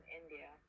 india